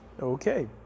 Okay